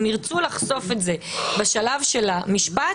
אם ירצו לחשוף את זה בשלב של המשפט,